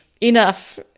enough